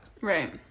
Right